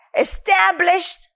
established